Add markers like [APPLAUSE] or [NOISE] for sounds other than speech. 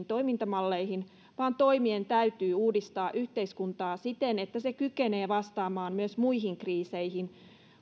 [UNINTELLIGIBLE] toimintamalleihin vaan toimien täytyy uudistaa yhteiskuntaa siten että se kykenee vastaamaan myös muihin kriiseihin